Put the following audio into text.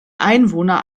einwohner